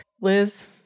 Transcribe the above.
Liz